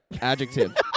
Adjective